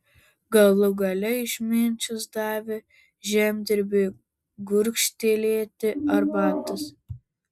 galų gale išminčius davė žemdirbiui gurkštelėti arbatos